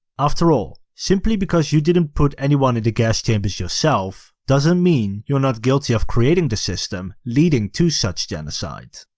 afterall, simply because you didn't put anyone in the gas chambers yourself, doesn't mean you're not guilty of creating the system leading to such genocide.